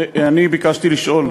אני ביקשתי לשאול,